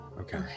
Okay